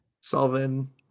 Salvin